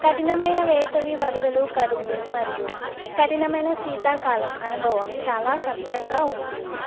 కఠినమైన వేసవి వరదలు కరువు మరియు కఠినమైన శీతాకాలం అనుభవం చాలా కష్టంగా ఉంటుంది